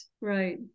Right